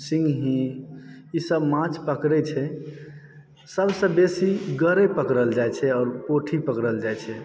सिंघी ईसभ माछ पकड़ैत छै सभसँ बेसी गरइ पकड़ल जाइत छै आओर पोठी पकड़ल जाइत छै